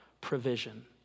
provision